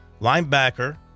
linebacker